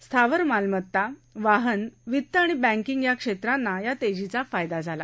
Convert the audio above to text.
स्थावर मालमत्ता वाहन वित्त आणि बँकिंग या क्षेत्रांना या तेजीचा फायदा झाला